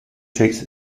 takes